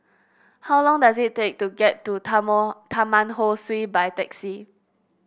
how long does it take to get to Tamon Taman Ho Swee by taxi